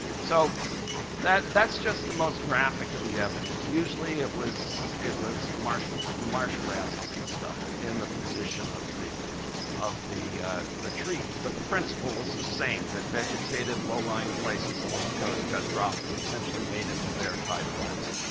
so that's just the most graphic of the evidence. usually it was it was marsh marsh grasses and stuff in the position of the of the the trees. but the principle was the same, that vegetated low-lying places along the coast got dropped and essentially made into bare tide flats.